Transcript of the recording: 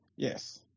Yes